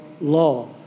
law